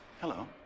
Hello